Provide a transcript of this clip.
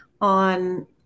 on